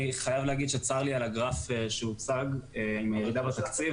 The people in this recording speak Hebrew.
אני חייב להגיד שצר לי על הגרף שהוצג עם ירידה בתקציב,